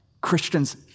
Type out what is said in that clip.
Christians